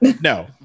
No